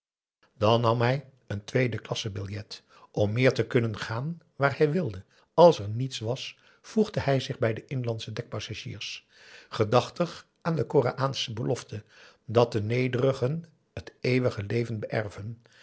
dan nam hij een tweede klasse biljet om meer te kunnen gaan waar hij wilde als er niets was voegde hij zich bij de inlandsche dekpassagiers gedachtig aan de koraänische belofte dat de nederigen het eeuwige leven beërven